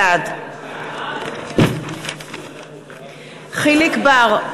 בעד יחיאל חיליק בר,